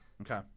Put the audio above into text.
Okay